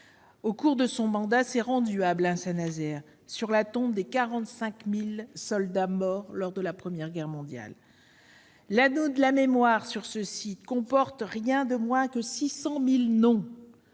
au cours de son mandat, s'est rendu à Ablain-Saint-Nazaire sur la tombe des 45 000 soldats morts lors de la Première Guerre mondiale. Sur l'Anneau de la mémoire sont rassemblés rien de moins que 600 000 noms